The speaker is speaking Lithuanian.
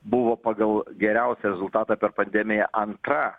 buvo pagal geriausią rezultatą per pandemiją antra